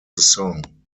song